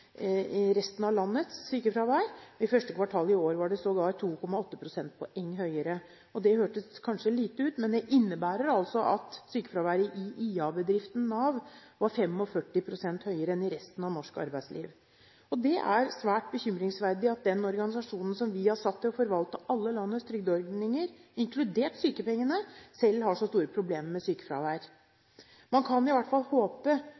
i resten av landet – i første kvartal i år var det sågar 2,8 prosentpoeng høyere. Det høres kanskje lite ut, men det innebærer altså at sykefraværet i IA-bedriften Nav var 45 pst. høyere enn i resten av norsk arbeidsliv. Det er svært bekymringsfullt at den organisasjonen vi har satt til å forvalte alle landets trygdeordninger – inkludert sykepengene – selv har så store problemer med sykefravær. Man kan i hvert fall